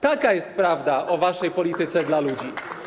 Taka jest prawda o waszej polityce dla ludzi.